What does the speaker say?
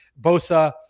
Bosa